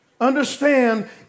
Understand